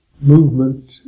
movement